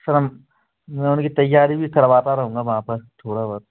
sir मैं उनकी तैयारी भी करवाता रहूँगा वहाँ पर थोड़ा बहुत